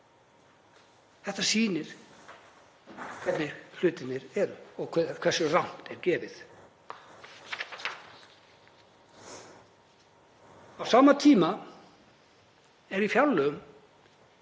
Þetta sýnir hvernig hlutirnir eru og hversu rangt er gefið. Á sama tíma er í fjárlögum